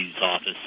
office